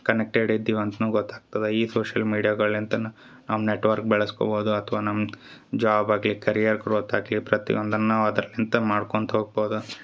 connected ಇದ್ದೀವಿ ಅಂತ ನಮ್ಗೆ ಗೊತ್ತಾಗ್ತದ ಈ ಸೋಶಿಯಲ್ ಮೀಡಿಯಾಗಳಿಂತನ ನಮ್ಮ ನೆಟ್ವರ್ಕ್ ಬೆಳಸ್ಕೊಬೋದು ಅಥ್ವ ನಮ್ಗೆ ಜಾಬ್ ಆಗಲಿ ಕೇರಿಯರ್ ಗ್ರೋತ್ ಆಗಲಿ ಪ್ರತಿಯೊಂದನ್ನ ನಾವು ಅದ್ರ್ಲಿಂತ ಮಾಡ್ಕೊಳ್ತಾ ಹೋಗ್ಬೋದ